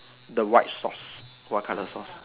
the white socks what color socks